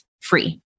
free